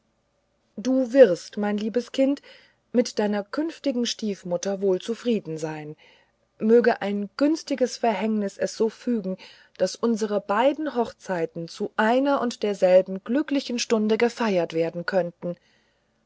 du wirst mein liebes kind mit deiner künftigen stiefmutter wohl zufrieden sein möge ein günstiges verhängnis es so fügen daß unsere beiden hochzeiten zu einer und derselben glücklichen stunde gefeiert werden könnten